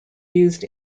used